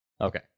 okay